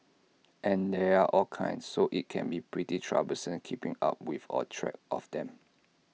and there are all kinds so IT can be pretty troublesome keeping up with or track of them